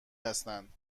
هستند